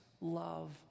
love